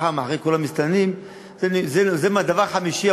חם אחרי כל המסתננים זה הדבר החמישי,